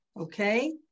Okay